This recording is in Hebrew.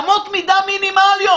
אמות מידה מינימליות,